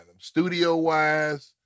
Studio-wise